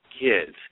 kids